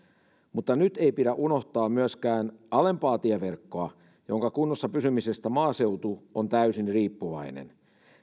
mutta nyt ei pidä unohtaa myöskään alempaa tieverkkoa jonka kunnossa pysymisestä maaseutu on täysin riippuvainen